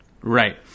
Right